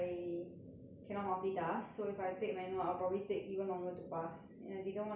cannot multitask so if I take manual I'll probably take even longer to pass and I didn't want to spend more money